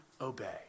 obey